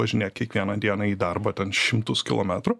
važinė kiekvieną dieną į darbą ten šimtus kilometrų